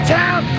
town